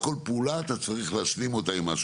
על כל פעולה אתה צריך להשלים אותה עם משהו.